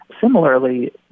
Similarly